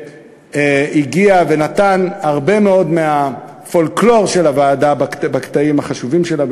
שהגיע ונתן הרבה מאוד מהפולקלור של הוועדה בקטעים החשובים שלה.